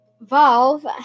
Valve